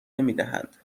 نمیدهند